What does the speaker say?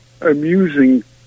amusing